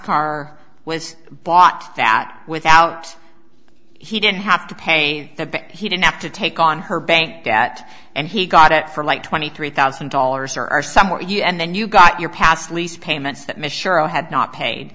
car was bought that without he didn't have to pay the bill he didn't have to take on her bank at and he got it for like twenty three thousand dollars or are some more you and then you got your past lease payments that michiru had not paid